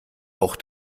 auch